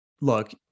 Look